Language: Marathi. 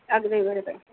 अगदी बरोबर